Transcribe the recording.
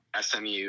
SMU